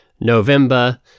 November